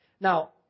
Now